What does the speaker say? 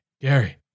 Gary